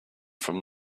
from